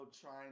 trying